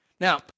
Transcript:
Now